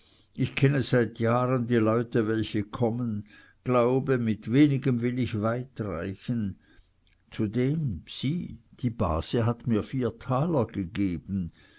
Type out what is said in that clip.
ich kenne seit jahren die leute welche kommen glaube mit wenigem will ich weit reichen zudem sieh die base hat mir vier taler gegeben